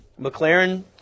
McLaren